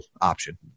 option